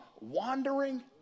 wandering